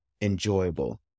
enjoyable